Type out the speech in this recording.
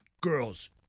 girls